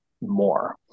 More